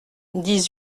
dix